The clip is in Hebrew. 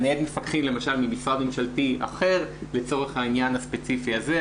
לנייד מפקחים למשל ממשרד ממשלתי אחר לצורך העניין הספציפי הזה.